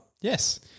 Yes